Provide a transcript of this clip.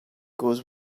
goes